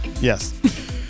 Yes